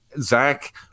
Zach